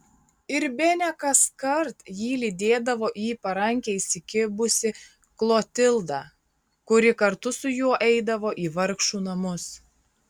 ir bene kaskart jį lydėdavo į parankę įsikibusi klotilda kuri kartu su juo eidavo į vargšų namus